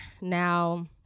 Now